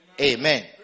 Amen